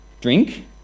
drink